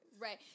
Right